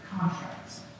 contracts